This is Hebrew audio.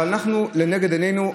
אבל לנגד עינינו,